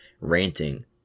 ranting